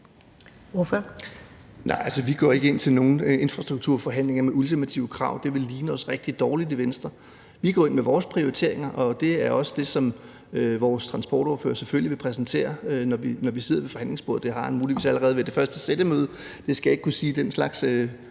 (V): Nej, altså, vi går ikke ind til nogen infrastrukturforhandlinger med ultimative krav; det ville ligne os rigtig dårligt i Venstre. Vi går ind med vores prioriteringer, og det er også det, som vores transportordfører selvfølgelig vil præsentere, når vi sidder ved forhandlingsbordet – det har han muligvis allerede gjort ved det første sættemøde; det skal jeg ikke kunne sige, for den slags